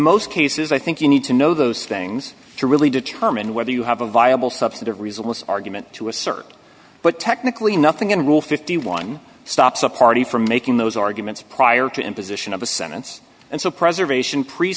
most cases i think you need to know those things to really determine whether you have a viable substantive reason this argument to assert but technically nothing in rule fifty one stops a party from making those arguments prior to imposition of a sentence and so preservation pre